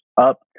up